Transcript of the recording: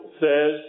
says